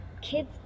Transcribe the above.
Kids